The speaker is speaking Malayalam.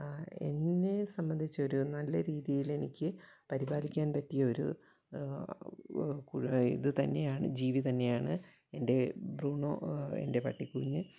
എന്നെ സംബന്ധിച്ചൊരു നല്ല രീതിയിലെനിക്ക് പരിപാലിക്കാൻ പറ്റിയൊരു കു ഇത് തന്നെയാണ് ജീവി തന്നെയാണ് എന്റെ ബ്രൂണോ എൻ്റെ പട്ടി കുഞ്ഞ്